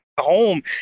home